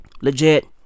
Legit